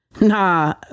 Nah